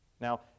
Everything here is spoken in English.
Now